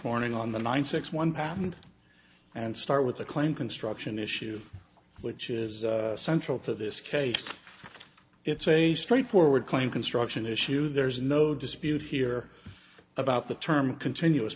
morning on the nine six one patent and start with the claim construction issue which is central to this case it's a straightforward claim construction issue there's no dispute here about the term continuous